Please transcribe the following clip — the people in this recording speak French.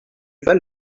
val